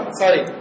sorry